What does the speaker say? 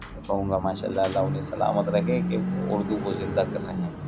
میں کہوں گا ماشا اللہ اللہ انہیں سلامت رکھے کہ وہ اردو کو زندہ کر رہے ہیں